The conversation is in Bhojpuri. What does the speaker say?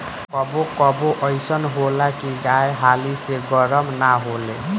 कबो कबो अइसन होला की गाय हाली से गरम ना होले